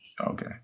Okay